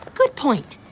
good point.